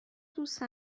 دوست